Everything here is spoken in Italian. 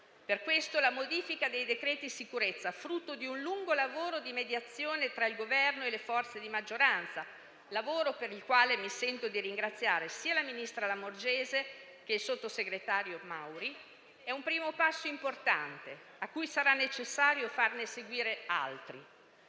Per questo la modifica dei decreti sicurezza, frutto di un lungo lavoro di mediazione tra il Governo e le forze di maggioranza - lavoro per il quale mi sento di ringraziare sia il ministro Lamorgese che il sottosegretario Mauri - è un primo passo importante, a cui sarà necessario farne seguire altri.